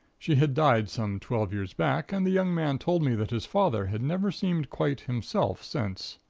she had died some twelve years back, and the young man told me that his father had never seemed quite himself since.